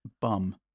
Bum